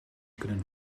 kunnen